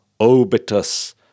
obitus